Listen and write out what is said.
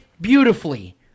beautifully